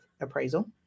appraisal